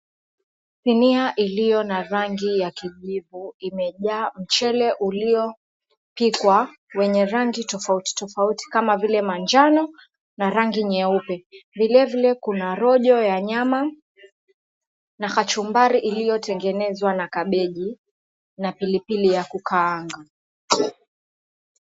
Sinia na rangi ya kijivu imejaa mchele uliopikwa wenye rangi tofauti tofauti kama vile manjano na rangi nyeupe. Vilevile kuna rojo ya nyama na kachumbari iliyotengenezwa na kabeji na pilipili ya kukaanga.